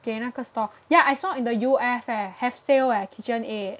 给那个 store ya I saw in the U_S eh have sale eh KitchenAid